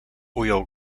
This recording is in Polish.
ujął